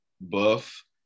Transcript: buff